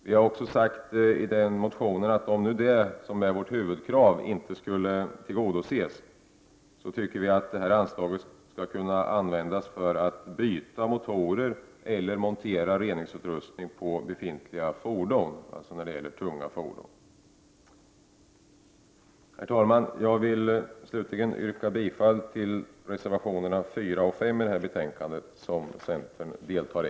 Vi har också sagt i den motionen att om vårt huvudkrav inte skulle tillgodoses, tycker vi att anslaget skall kunna användas för att byta motorer eller montera reningsutrustning på befintliga tunga fordon. Herr talman! Jag vill slutligen yrka bifall till reservationerna 4 och 5, som centern deltar i.